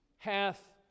hath